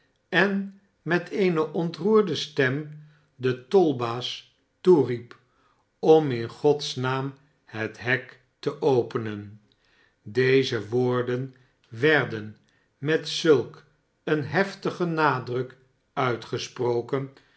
en met eene ontroerde stem den tolbaas toeliep om in gods naam het hek te openen m deze woorden werden met zulk een heftigen nadruk uitgesproken